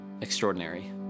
extraordinary